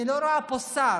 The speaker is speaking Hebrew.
אני לא רואה פה שר.